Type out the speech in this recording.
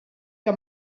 que